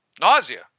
nausea